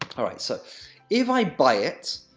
all right, so if i buy it,